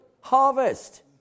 harvest